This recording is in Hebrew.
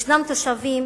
יש תושבים